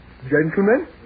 Gentlemen